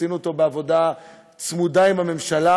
עשינו אותו בעבודה צמודה עם גורמי הממשלה,